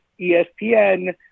ESPN